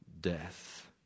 death